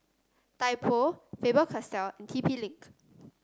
Typo Faber Castell and T P Link